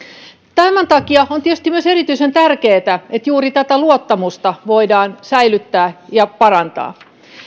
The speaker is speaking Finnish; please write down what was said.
tämän takia on tietysti myös erityisen tärkeätä että juuri tätä luottamusta voidaan säilyttää ja parantaa